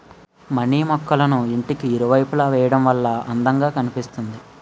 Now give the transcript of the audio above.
money మొక్కళ్ళను ఇంటికి ఇరువైపులా వేయడం వల్ల అందం గా కనిపిస్తుంది